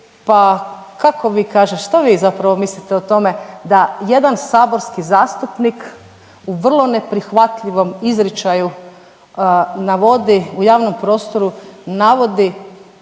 pa kako vi kažete, što vi zapravo mislite o tome da jedan saborski zastupnik u vrlo neprihvatljivom izričaju navodi u javnom prostoru navodi